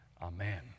amen